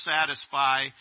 satisfy